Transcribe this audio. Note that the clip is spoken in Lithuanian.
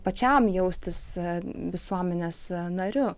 pačiam jaustis visuomenės nariu